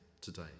today